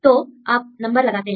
तो आप नंबर लगाते हैं